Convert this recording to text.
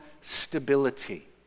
stability